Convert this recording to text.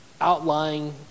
outlying